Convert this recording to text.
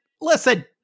listen